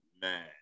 man